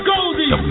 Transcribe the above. Goldie